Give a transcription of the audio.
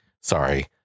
Sorry